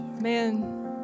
man